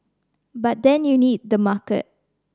but then you need the market